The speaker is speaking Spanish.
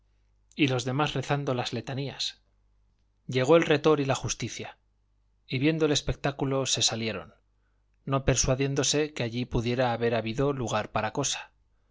y los demás rezando las letanías llegó el retor y la justicia y viendo el espectáculo se salieron no persuadiéndose que allí pudiera haber habido lugar para cosa